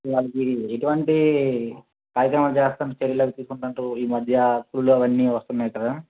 దానికీ ఎటువంటి కార్యక్రమాలు చేస్తాండ్రు చర్యలవీ తీసుకుండాంట్రు ఈమద్య పులులూ అవన్నీ వస్తన్నాయి కదా